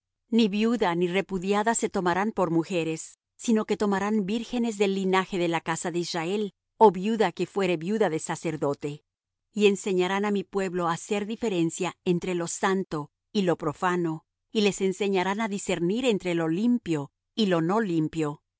ni viuda ni repudiada se tomarán por mujeres sino que tomarán vírgenes del linaje de la casa de israel ó viuda que fuere viuda de sacerdote y enseñarán á mi pueblo á hacer diferencia entre lo santo y lo profano y les enseñarán á discernir entre lo limpio y lo no limpio